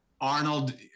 Arnold